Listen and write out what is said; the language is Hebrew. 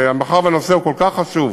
מאחר שהנושא כל כך חשוב,